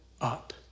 up